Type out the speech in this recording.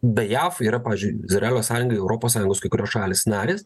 be jav yra pavyzdžiui izraelio sąjungai europos sąjungos kai kurios šalys narės